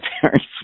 parents